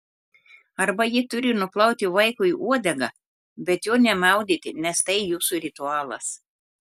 arba ji turi nuplauti vaikui uodegą bet jo nemaudyti nes tai jūsų ritualas